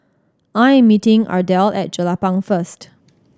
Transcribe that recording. I am meeting Ardelle at Jelapang first